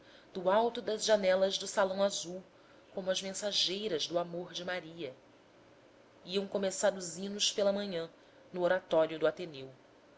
do alto das janelas do salão azul como as mensageiras do amor de maria iam começar os hinos pela manhã no oratório do ateneu